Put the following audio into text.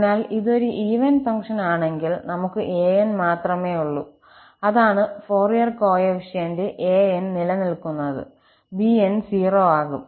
അതിനാൽ ഇത് ഒരു ഈവൻ ഫംഗ്ഷനാണെങ്കിൽ നമുക് 𝑎𝑛′𝑠 മാത്രമേയുള്ളൂ അതാണ് ഫോറിയർ കോഎഫീഷ്യന്റ് 𝑎n′𝑠 നിലനിൽക്കുന്നത് 𝑏n′𝑠 0 ആകും